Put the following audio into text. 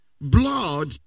blood